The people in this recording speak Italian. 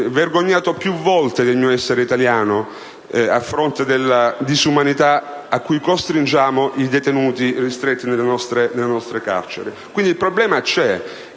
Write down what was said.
vergognato più volte del mio essere italiano di fronte alle disumanità a cui costringiamo i detenuti nel vivere nelle nostre carceri. Quindi, il problema